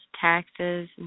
taxes